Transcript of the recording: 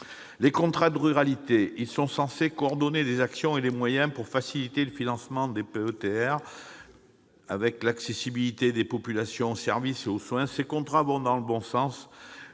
aux contrats de ruralité. Ils sont censés coordonner les actions et les moyens pour faciliter le financement des PETR, avec l'accessibilité des populations aux services et aux soins. Ces contrats vont dans le bon sens,